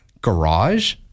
garage